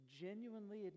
genuinely